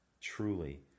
truly